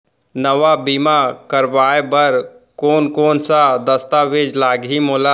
नवा बीमा करवाय बर कोन कोन स दस्तावेज लागही मोला?